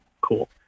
cool